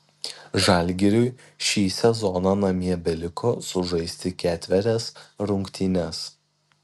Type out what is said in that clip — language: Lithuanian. žalgiriui šį sezoną namie beliko sužaisti ketverias rungtynes